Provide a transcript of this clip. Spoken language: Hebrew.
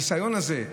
הניסיון הזה,